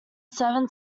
seven